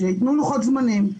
שייתנו לוחות זמנים,